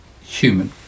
human